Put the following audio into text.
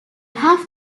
have